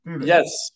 Yes